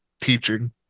teaching